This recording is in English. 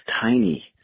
tiny